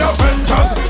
Avengers